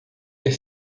ter